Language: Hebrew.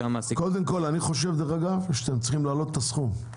אני חושב שאתם צריכים להעלות את הסכום.